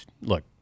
Look